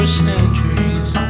centuries